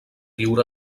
viure